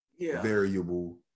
variable